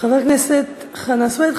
חבר הכנסת חנא סוייד.